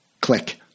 Click